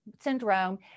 syndrome